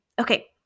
Okay